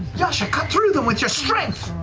yasha, cut through them with your strength!